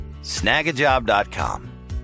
Snagajob.com